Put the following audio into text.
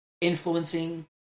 influencing